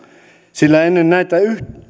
sillä ennen näitä